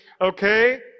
okay